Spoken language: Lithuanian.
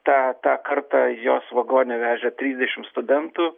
tą tą kartą juos vagone vežė trisdešim studentų